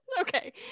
Okay